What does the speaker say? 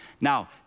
Now